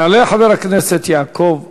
יעלה חבר הכנסת יעקב פרי.